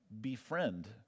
befriend